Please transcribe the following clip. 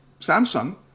Samsung